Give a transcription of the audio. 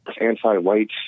anti-white